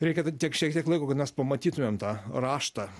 reikia tiek šiek tiek laiko kad mes pamatytumėm tą raštą